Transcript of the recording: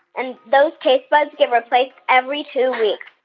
and those taste buds get replaced every two weeks.